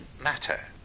matter